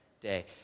day